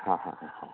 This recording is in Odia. ହଁ ହଁ ହଁ ହଁ